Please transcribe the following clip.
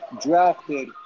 drafted